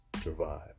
survive